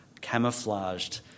camouflaged